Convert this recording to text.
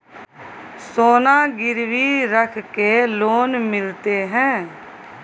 सोना गिरवी रख के लोन मिलते है?